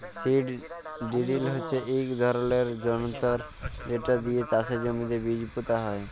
seed drill হচ্যে ইক ধরলের যনতর যেট দিয়ে চাষের জমিতে বীজ পুঁতা হয়